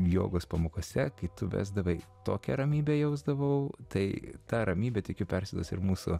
jogos pamokose kai tu vesdavai tokią ramybę jausdavau tai ta ramybė tikiu persiduos ir mūsų